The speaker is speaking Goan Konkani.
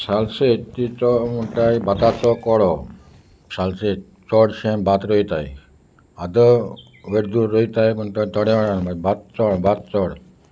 सालसेत ती म्हणटाय भाताचो कोडो सालसेत चडशें भात रोयताय आदो वेट दूर रोयताय म्हण थोड्या वळ भात चड भात चड